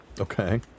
Okay